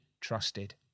trusted